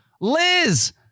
Liz